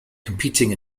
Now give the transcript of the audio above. competing